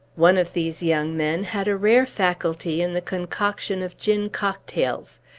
one of these young men had a rare faculty in the concoction of gin-cocktails.